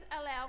allow